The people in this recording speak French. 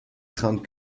crainte